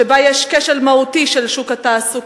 שבה יש כשל מהותי של שוק התעסוקה,